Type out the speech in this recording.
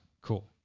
cool